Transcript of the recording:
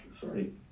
sorry